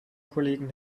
kollegen